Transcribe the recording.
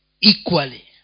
equally